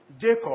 Jacob